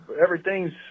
everything's